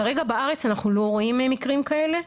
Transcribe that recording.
כרגע בארץ אנחנו לא רואים מקרים כאלה.